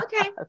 Okay